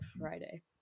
Friday